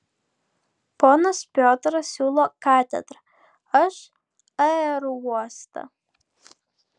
ponas piotras siūlo katedrą aš aerouostą